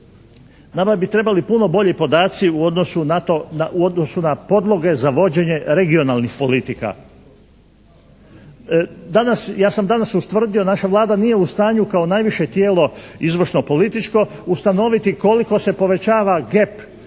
nama bi trebali puno bolji podaci u odnosu na to, u odnosu na podloge za vođenje regionalnih politika. Danas, ja sam danas ustvrdio, naša Vlada nije u stanju kao najviše tijelo izvršno-političko ustanoviti koliko se povećava GEP